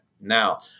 Now